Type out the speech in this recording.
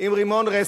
עם רימון רסס.